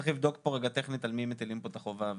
צריך לבדוק פה טכנית על מטילים את החובה ואיך.